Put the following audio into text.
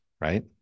right